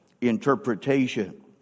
interpretation